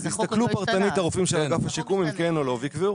יסתכלו פרטנית הרופאים של אגף השיקום אם כן או לא ויקבעו.